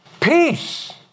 peace